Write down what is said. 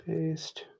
Paste